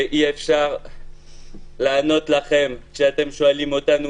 ואי-אפשר לענות לכם כשאתם שואלים אותנו